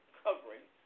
covering